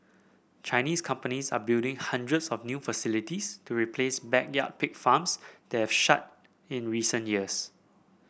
Chinese companies are building hundreds of new facilities to replace backyard pig farms that have shut in recent years